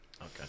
Okay